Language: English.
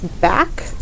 back